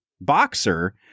boxer